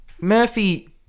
Murphy